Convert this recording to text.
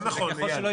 לא נכון, איל.